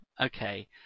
Okay